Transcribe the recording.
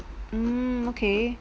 um okay